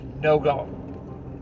no-go